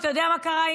אתה יודע מה קרה,